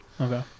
Okay